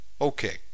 Okay